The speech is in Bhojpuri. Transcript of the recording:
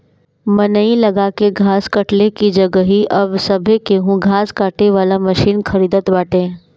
मनई लगा के घास कटले की जगही अब सभे केहू घास काटे वाला मशीन खरीदत बाटे